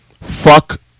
fuck